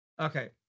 Okay